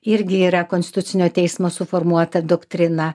irgi yra konstitucinio teismo suformuota doktrina